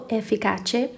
efficace